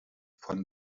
von